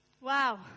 Wow